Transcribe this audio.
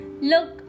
Look